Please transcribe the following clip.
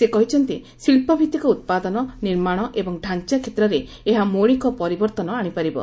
ସେ କହିଛନ୍ତି ଶିବ୍ଧଭିତ୍ତିକ ଉତ୍ପାଦନ ନିର୍ମାଣ ଏବଂ ଡାଞ୍ଚା କ୍ଷେତ୍ରରେ ଏହା ମୌଳିକ ପରିବର୍ତ୍ତନ ଆଣି ପାରବ